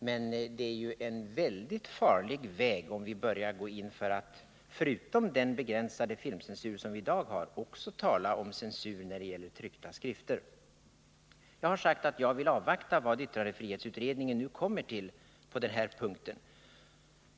Men det är en mycket farlig väg om vi börjar gå in för att, förutom den begränsade filmcensur som vi i dag har, också tala om censur när det gäller tryckta skrifter. Jag har sagt att jag vill avvakta vad yttrandefrihetsutredningen kommer till på den här punkten.